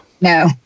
No